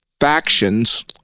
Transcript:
factions